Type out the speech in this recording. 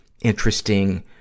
interesting